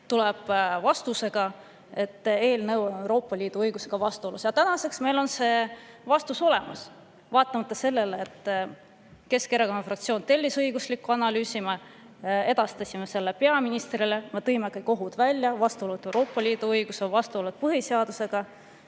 tuleb vastusega, et eelnõu on Euroopa Liidu õigusega vastuolus. Ja tänaseks on see vastus olemas. Vaatamata sellele, et Keskerakonna fraktsioon tellis õigusliku analüüsi, me edastasime selle peaministrile, me tõime kõik ohud välja, vastuolud Euroopa Liidu õigusega, vastuolu põhiseadusega.